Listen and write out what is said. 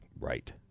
right